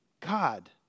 God